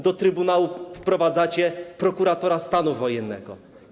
Do trybunału wprowadzacie prokuratora stanu wojennego.